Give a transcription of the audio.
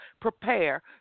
prepare